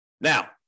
Now